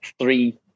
three